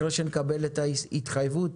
אחרי שנקבל את ההתחייבות